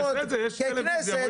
בסדר, יש טלוויזיה.